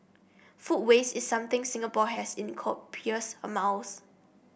food waste is something Singapore has in copious amounts